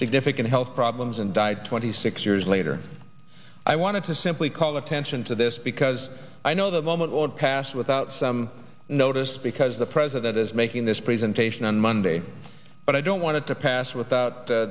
significant health problems and died twenty six years later i wanted to simply call attention to this because i know that moment won't pass without i notice because the president is making this presentation on monday but i don't want to pass without